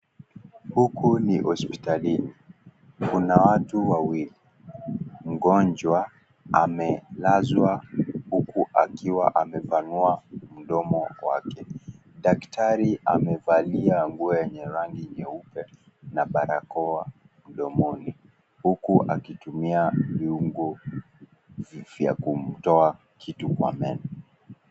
Huku ni hospitalini, kuna watu wawili. Mgonjwa amelazwa huku akiwa amepanua mdomo wake. Daktari amevalia nguo yenye rangi nyeupe na barakoa mdomoni, huku akitumia viungo vya kumtoa kitu kwa meno.